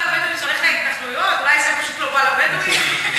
בגלל שזה לא בא לבדואים זה הולך להתנחלויות?